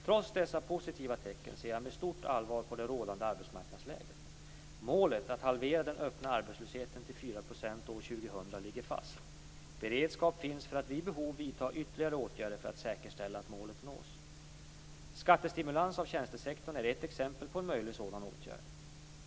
Trots dessa positiva tecken ser jag med stort allvar på det rådande arbetsmarknadsläget. Målet att halvera den öppna arbetslösheten till 4 % år 2000 ligger fast. Beredskap finns för att vid behov vidta ytterligare åtgärder för att säkerställa att målet nås. Skattestimulans av tjänstesektorn är ett exempel på en möjlig sådan åtgärd.